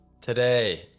Today